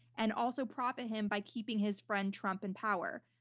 and also, profit him by keeping his friend trump in power.